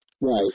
Right